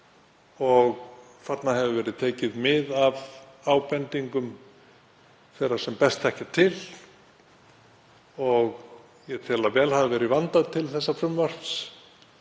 Þarna hefur verið tekið mið af ábendingum þeirra sem best þekkja til og ég tel að vel hafi verið vandað til þessa frumvarps.